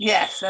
Yes